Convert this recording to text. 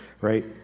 right